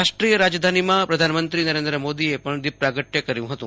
રાષ્ટ્રીય રાજધાનીમાં પ્રધાનમંત્રી નરેન્દ્ર મોદીએ પણ દીપ પ્રાગટ્ય કર્યું હતું